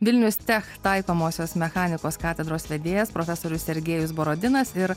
vilniustech taikomosios mechanikos katedros vedėjas profesorius sergėjus borodinas ir